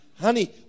honey